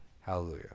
Hallelujah